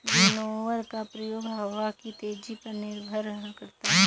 winnower का प्रयोग हवा की तेजी पर निर्भर करता है